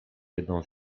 jedną